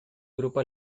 grupo